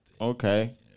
Okay